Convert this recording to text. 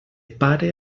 pare